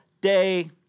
day